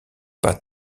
pas